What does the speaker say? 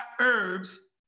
herbs